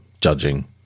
judging